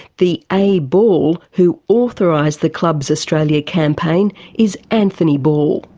the a. ball who authorised the clubs australia campaign is anthony ball.